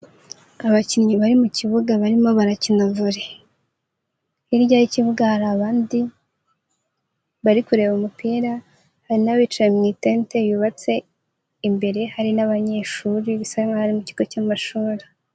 Abakinnyi bari mu kibuga barimo barakina volley. Hirya y'ikiga hari abandi bari kureba umupira hari n'abicaye mu itente yubatse imbere, hari n'abanyeshuri bisa nkaho ari mu kigo cy'amashuri.